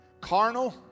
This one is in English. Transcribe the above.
carnal